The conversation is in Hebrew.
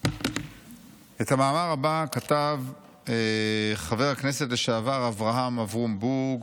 את המאמר הבא כתב חבר הכנסת לשעבר אברהם אברום בורג,